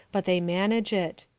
but they manage it.